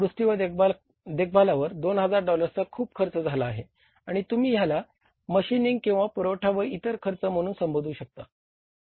दुरुस्ती व देखभालावर 2000 डॉलर्सचा खूप खर्च झाला आहे आणि तुम्ही ह्याला मशीनिंग किंवा पुरवठा व इतर खर्च म्हणून संबोधू शकता